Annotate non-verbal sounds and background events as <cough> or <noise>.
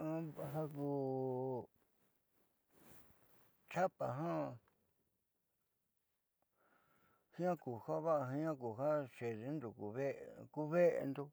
Ja <noise> ku chapa ja jiaa ku java'a tjaa ku ja xeendindo ku ve'endo